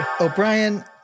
O'Brien